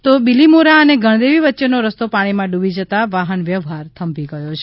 તો બીલીમોરા અને ગણદેવી વચ્ચેનો રસ્તો પાણીમાં ડૂબી જતાં વાહન વ્યવહાર થંભી ગયો છે